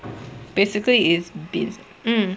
basically is been mm